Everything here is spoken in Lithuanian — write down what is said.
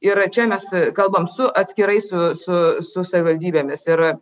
ir čia mes kalbam su atskirai su su su savivaldybėmis ir